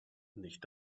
nicht